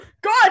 God